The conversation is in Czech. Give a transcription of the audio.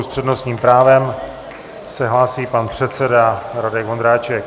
S přednostním právem se hlásí pan předseda Radek Vondráček.